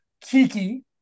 Kiki